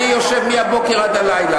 אני יושב מהבוקר עד הלילה.